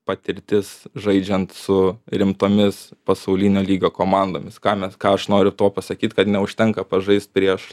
patirtis žaidžiant su rimtomis pasaulinio lygio komandomis ką mes ką aš noriu tuo pasakyt kad neužtenka pažaist prieš